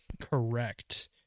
correct